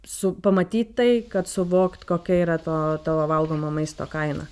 su pamatyt tai kad suvokt kokia yra to to valgomo maisto kaina